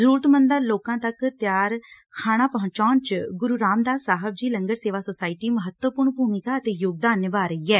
ਜ਼ਰੂਰਤਮੰਦ ਲੋਕਾਂ ਤੱਕ ਤਿਆਰ ਖਾਣਾ ਪਹੁੰਚਾਣ ਚ ਗੁਰੂ ਰਾਮ ਦਾਸ ਸਾਹਿਬ ਜੀ ਲੰਗਰ ਸੇਵਾ ਸੋਸਾਇਟੀ ਮਹੱਤਵਪੂਰਨ ਭੂਮਿਕਾ ਅਤੇ ਯੋਗਦਾਨ ਨਿਭਾ ਰਹੀ ਐ